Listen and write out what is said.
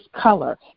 color